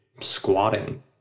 squatting